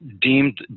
deemed